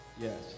Yes